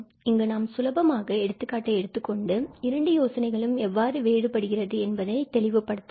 இங்கு நாம் சுலபமாக எடுத்துக்காட்டை எடுத்துக்கொண்டு இரண்டு யோசனைகளும் எவ்வாறு வேறுபடுகிறது என்பதனை தெளிவு படுத்தலாம்